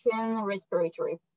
respiratory